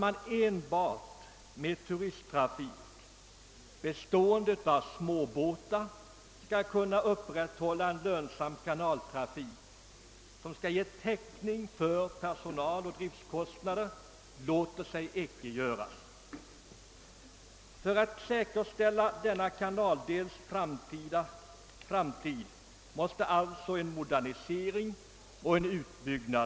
Att enbart genom turisttrafik med småbåtar upprätthålla en lönsam kanaldrift, som ger täckning för personaloch driftkostnader, låter sig icke göra. För att säkerställa denna kanaldels framtid måste man alltså företa en modernisering och utbyggnad.